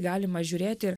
galima žiūrėti ir